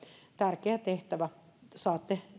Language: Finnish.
tärkeä tehtävä saatte